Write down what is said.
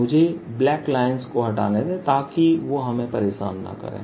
मुझे black lions को हटाने दें ताकि वे हमें परेशान न करें